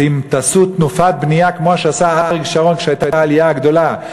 זה אם תעשו תנופת בנייה כמו שעשה אריק שרון כשהייתה העלייה הגדולה.